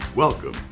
Welcome